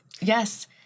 Yes